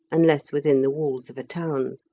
unless within the walls of a town.